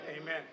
Amen